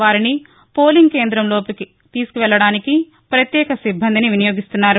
వారిని పోలింగ్ కేంద్రం లోపలికి తీసుకువెళ్ళడానికి ప్రత్యేక సిబ్బందిని వినియోగిస్తున్నారు